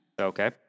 Okay